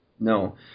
No